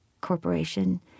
corporation